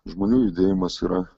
žmonių judėjimas yra